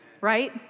right